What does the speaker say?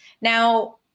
Now